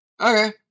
Okay